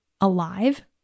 alive